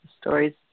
stories